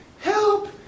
help